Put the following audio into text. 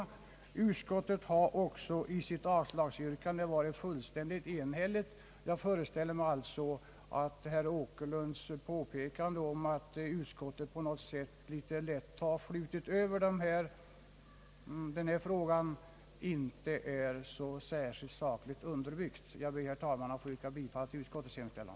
Utskottet har också i sitt avslagsyrkande varit fullständigt enhälligt. Jag föreställer mig alltså att herr Åkerlunds påpekande att utskottet på något sätt litet lätt flutit över denna fråga inte är särskilt sakligt underbyggt. Jag ber, herr talman, att få yrka bifall till utskottets hemställan.